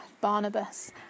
Barnabas